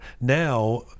Now